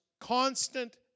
constant